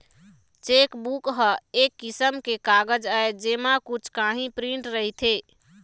chequebook ह एक किसम के कागज आय जेमा कुछ काही प्रिंट रहिथे